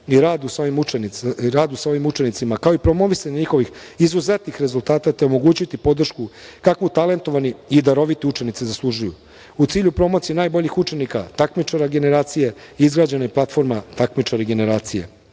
i radu sa ovim učenicima, kao i promovisanje njihovih izuzetnih rezultata, te omogućiti podršku kakvu talentovani i daroviti učenici zaslužuju. U cilju promocije najboljih učenika, takmičara generacije, izrađena je platforma „Takmičari generacije“.Kroz